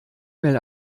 mail